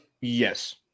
Yes